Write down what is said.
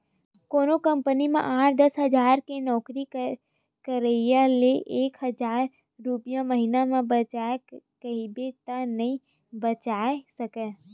कोनो कंपनी म आठ, दस हजार के नउकरी करइया ल एक हजार रूपिया महिना म बचा कहिबे त नइ बचा सकय